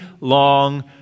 long